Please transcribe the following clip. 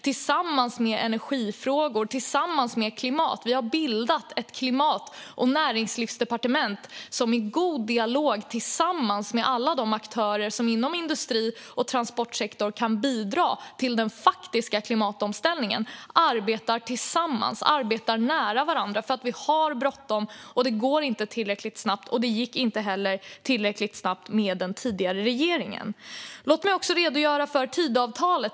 Vi har slagit ihop energi och klimatfrågor och bildat ett klimat och näringslivsdepartement, som i god dialog arbetar tillsammans med och nära alla de aktörer som inom industri och transportsektorn kan bidra till den faktiska klimatomställningen. Vi har nämligen bråttom, och det går inte tillräckligt snabbt. Det gick inte tillräckligt snabbt med den tidigare regeringen heller. Låt mig också redogöra för Tidöavtalet.